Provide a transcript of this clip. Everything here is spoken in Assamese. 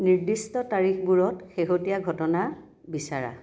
নিৰ্দিষ্ট তাৰিখবোৰত শেহতীয়া ঘটনা বিচাৰা